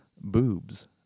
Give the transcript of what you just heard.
boobs